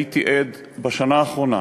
הייתי עד בשנה האחרונה,